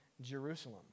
Jerusalem